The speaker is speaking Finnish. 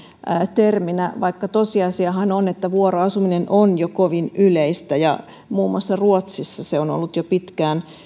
terminä vaikka tosiasiahan on että vuoroasuminen on jo kovin yleistä ja muun muassa ruotsissa se on ollut jo pitkään